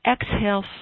exhale